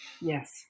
Yes